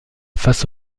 face